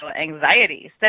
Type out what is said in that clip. anxiety